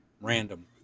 random